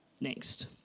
next